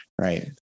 right